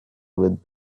with